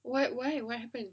why why what happened